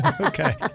Okay